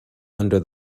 under